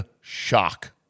shock